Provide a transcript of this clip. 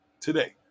today